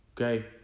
Okay